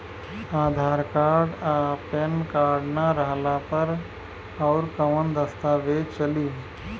आधार card आ PAN card ना रहला पर अउरकवन दस्तावेज चली?